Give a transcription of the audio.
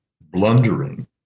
blundering